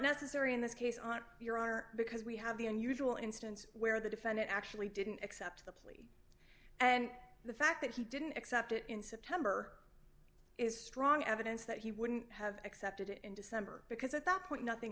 necessary in this case on your honor because we have the unusual instance where the defendant actually didn't accept the plea and the fact that he didn't accept it in september is strong evidence that he wouldn't have accepted it in december because at that point nothing